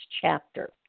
chapter